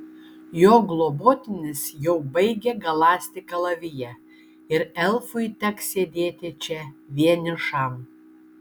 jo globotinis jau baigia galąsti kalaviją ir elfui teks sėdėti čia vienišam